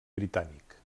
britànic